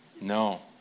No